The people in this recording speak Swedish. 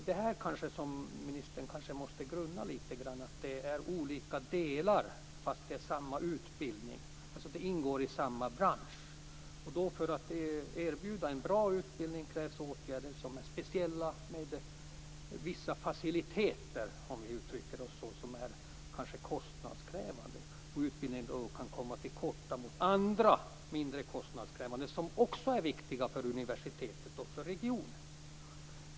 Ministern måste kanske grunna litet över det förhållandet att denna utbildning avser olika delar av samma bransch. För att en bra utbildning skall kunna erbjudas fordras det vissa speciella och kostnadskrävande faciliteter. Risken är den att denna utbildning kan komma till korta i konkurrensen med andra och mindre kostnadskrävande utbildningar som också är viktiga för universitetet och för regionen.